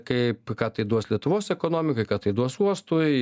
kaip ką tai duos lietuvos ekonomikai ką tai duos uostui